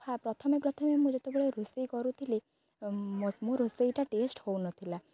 ହଁ ପ୍ରଥମେ ପ୍ରଥମେ ମୁଁ ଯେତେବେଳେ ରୋଷେଇ କରୁଥିଲି ମୋ ରୋଷେଇଟା ଟେଷ୍ଟ ହେଉନଥିଲା